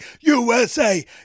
USA